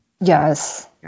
yes